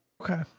Okay